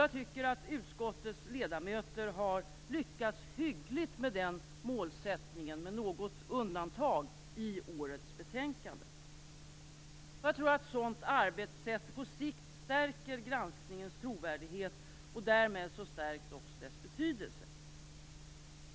Jag tycker att utskottets ledamöter har lyckats hyggligt med den målsättningen, med något undantag, i årets betänkande. Jag tror att ett sådant arbetssätt på sikt stärker granskningens trovärdighet, och därmed stärks också dess betydelse.